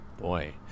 Boy